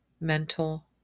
mental